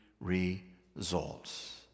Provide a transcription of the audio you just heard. results